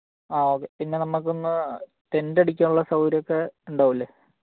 ആ ഓക്കെ പിന്നെ നമ്മൾക്കിന്ന് ടെൻ്റടിക്കാനുള്ള സൌകര്യമൊക്കെ ഉണ്ടാവില്ലെ